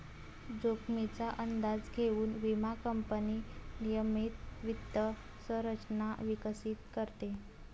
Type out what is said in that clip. जोखमीचा अंदाज घेऊन विमा कंपनी नियमित वित्त संरचना विकसित करते